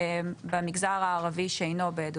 במגזר הערבי שאינו בדואי,